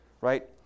right